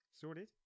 Sorted